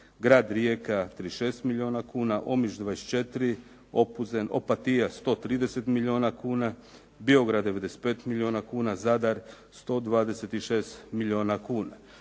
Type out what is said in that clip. Grad Rijeka 36 milijuna kuna, Omiš 24, Opatija 130 milijuna kuna, Biograd 95 milijuna kuna, Zadar 126 milijuna kuna.